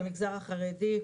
על המגזר החרדי,